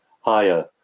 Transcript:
higher